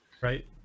right